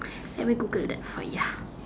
let me Google that for ya